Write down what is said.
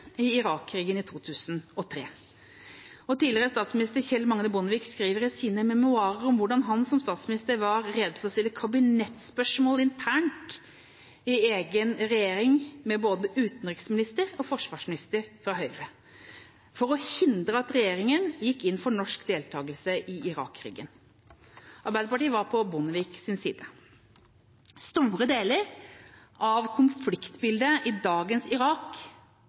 i Irak-krigen i 2003, og tidligere statsminister Kjell Magne Bondevik skriver i sine memoarer om hvordan han som statsminister var rede til å stille kabinettsspørsmål internt i egen regjering, med både utenriksminister og forsvarsminister fra Høyre, for å hindre at regjeringa gikk inn for norsk deltagelse i Irak-krigen. Arbeiderpartiet var på Bondeviks side. Store deler av konfliktbildet i dagens Irak